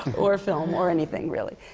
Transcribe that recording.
or film, or anything, really.